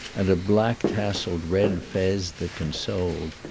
and a black-tasselled red fez that consoled.